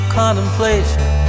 contemplation